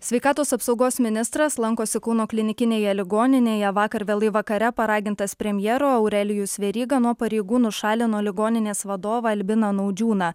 sveikatos apsaugos ministras lankosi kauno klinikinėje ligoninėje vakar vėlai vakare paragintas premjero aurelijus veryga nuo pareigų nušalino ligoninės vadovą albiną naudžiūną